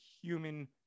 human